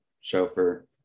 chauffeur